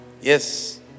Yes